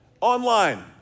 Online